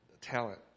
talent